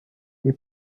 they